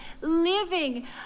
living